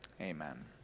Amen